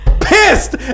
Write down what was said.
pissed